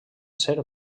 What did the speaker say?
ser